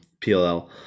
PLL